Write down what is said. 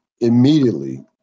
immediately